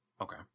okay